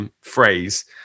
phrase